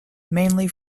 mainly